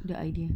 the idea